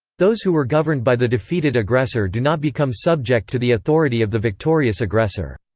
those who were governed by the defeated aggressor do not become subject to the authority of the victorious aggressor.